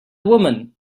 woman